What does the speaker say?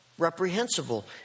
Reprehensible